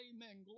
Amen